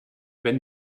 wenn